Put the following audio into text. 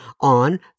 on